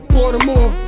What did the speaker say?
Baltimore